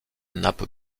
nappe